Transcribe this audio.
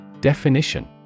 Definition